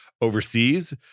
overseas